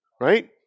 Right